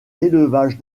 l’élevage